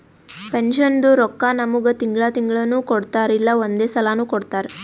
ಪೆನ್ಷನ್ದು ರೊಕ್ಕಾ ನಮ್ಮುಗ್ ತಿಂಗಳಾ ತಿಂಗಳನೂ ಕೊಡ್ತಾರ್ ಇಲ್ಲಾ ಒಂದೇ ಸಲಾನೂ ಕೊಡ್ತಾರ್